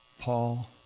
Paul